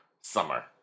summer